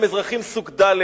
הם אזרחים סוג ד'.